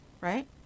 right